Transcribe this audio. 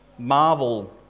Marvel